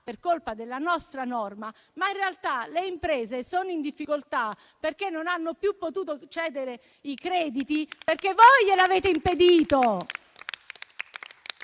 per colpa della nostra norma, mentre in realtà sono in difficoltà perché non hanno più potuto cedere i crediti perché voi glielo avete impedito.